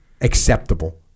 acceptable